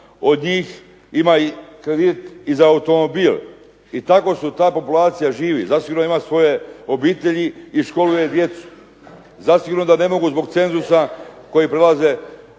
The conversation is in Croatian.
od njih ima i kredite za automobil. I tako ta populacija živi. Zasigurno ima svoje obitelji i školuje djecu. Zasigurno da ne mogu zbog cenzusa koji prelazi